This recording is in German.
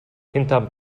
hinterm